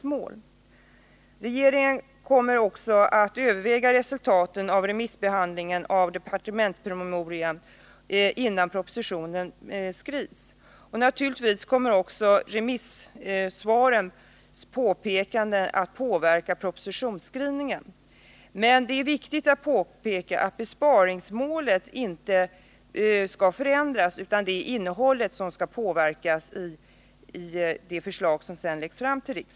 Innan en proposition skrivs kommer regeringen att överväga resultatet av remissbehandlingen av departementspromemorian. Naturligtvis kommer också remissvaren att påverka propositionsskrivningen. Men det är viktigt att påpeka att besparingsmålet inte skall förändras, utan det är innehållet som skall påverkas i det förslag som sedan läggs fram.